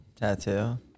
tattoo